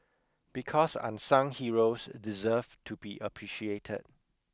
because unsung heroes deserve to be appreciated